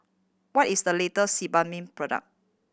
what is the latest Sebamed product